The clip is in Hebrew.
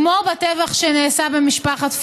כמו בטבח שנעשה במשפחת פוגל,